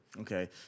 Okay